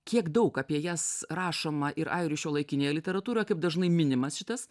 kiek daug apie jas rašoma ir airių šiuolaikinėje literatūroje kaip dažnai minimas šitas